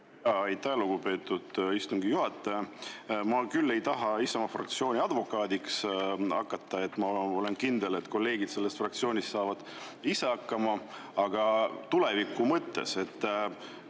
Aitäh, lugupeetud istungi juhataja! Ma küll ei taha Isamaa fraktsiooni advokaadiks hakata, ma olen kindel, et kolleegid sellest fraktsioonist saavad ise hakkama, aga tuleviku mõttes.